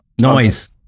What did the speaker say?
noise